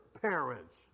parents